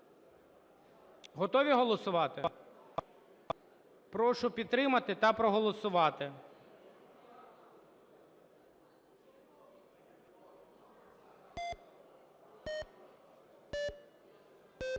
Готові голосувати? Прошу підтримати та проголосувати.